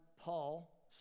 paul